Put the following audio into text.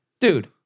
Dude